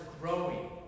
growing